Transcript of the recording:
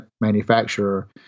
manufacturer